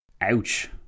Ouch